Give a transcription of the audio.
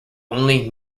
only